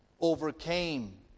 overcame